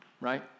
right